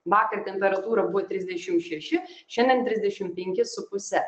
vakar temperatūra buvo trisdešim šeši šiandien trisdešim penki su puse